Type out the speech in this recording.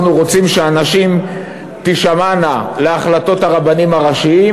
רוצים שהנשים תישמענה להחלטות הרבנים הראשיים.